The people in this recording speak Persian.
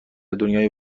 دنیای